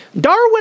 Darwin